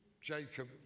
Jacob